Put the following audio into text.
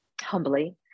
humbly